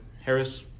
Harris